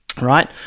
right